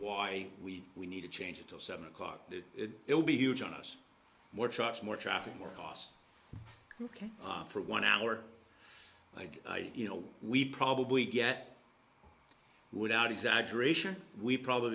why we we need to change until seven o'clock it will be huge on us more trucks more traffic more cost looking for one hour like you know we probably get without exaggeration we probably